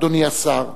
אדוני השר,